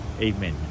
Amen